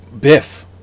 Biff